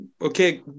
okay